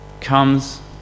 comes